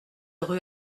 rue